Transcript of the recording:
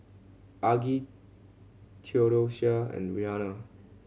Argie Theodocia and Rihanna